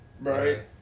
Right